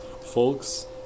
Folks